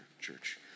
church